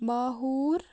ماحوٗر